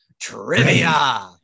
trivia